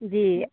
जी